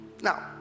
Now